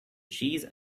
cheese